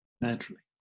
naturally